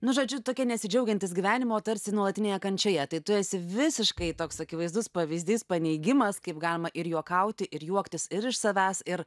nu žodžiu tokie nesidžiaugiantys gyvenimu o tarsi nuolatinėje kančioje tai tu esi visiškai toks akivaizdus pavyzdys paneigimas kaip galima ir juokauti ir juoktis ir iš savęs ir